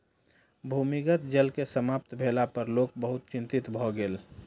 भूमिगत जल के समाप्त भेला पर लोक बहुत चिंतित भ गेल